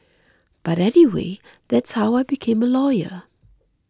but anyway that's how I became a lawyer